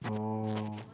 oh